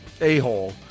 a-hole